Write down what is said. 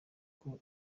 kuko